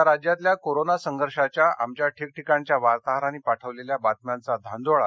आता राज्यातल्या कोरोना संघर्षाच्या आमच्या ठिकठिकाणच्या वार्ताहरांनी पाठवलेल्या बातम्यांचा धांडोळा